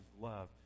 love